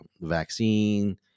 vaccine